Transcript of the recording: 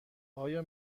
آیا